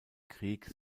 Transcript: krieg